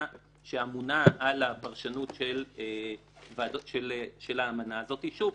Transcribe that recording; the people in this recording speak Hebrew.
שאמונה על הפרשנות של הוועדות של האמנה הזאת שוב,